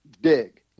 dig